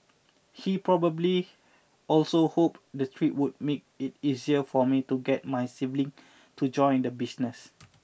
he probably also hoped the trip would make it easier for me to get my sibling to join the business